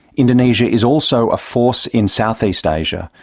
indonesia is also a force in southeast asia,